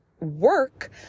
work